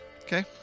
Okay